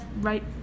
right